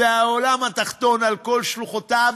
זה העולם התחתון על כל שלוחותיו.